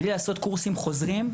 בלי לעשות קורסים חוזרים,